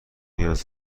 نیاز